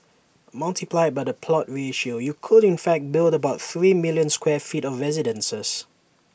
multiplied by the plot ratio you could in fact build about three million square feet of residences